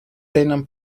tenen